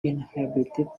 inhabited